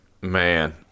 man